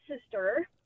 sister